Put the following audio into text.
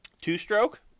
Two-stroke